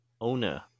owner